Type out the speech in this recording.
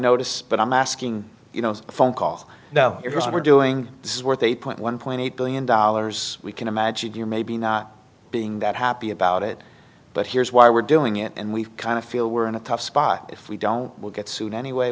notice but i'm asking you know is a phone call your what we're doing this is worth eight point one point eight billion dollars we can imagine your maybe not being that happy about it but here's why we're doing it and we kind of feel we're in a tough spot if we don't we'll get sued anyway